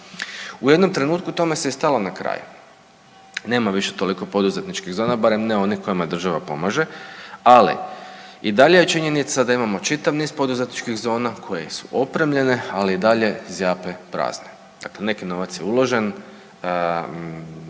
U jednom trenutku tome se stalo na kraj, nema više toliko poduzetničkih zona, barem ne onih kojima država pomaže, ali i dalje je činjenica da imamo čitav niz poduzetničkih zona koje su opremljene, ali i dalje zjape prazne. Dakle, neki novac je uložen,